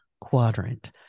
quadrant